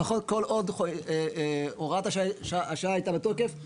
לפחות כל עוד הוראת השעה הייתה בתוקף,